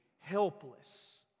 helpless